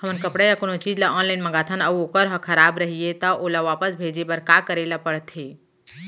हमन कपड़ा या कोनो चीज ल ऑनलाइन मँगाथन अऊ वोकर ह खराब रहिये ता ओला वापस भेजे बर का करे ल पढ़थे?